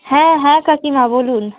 হ্যাঁ হ্যাঁ কাকিমা বলুন